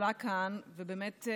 שעולה כאן, ובאמת,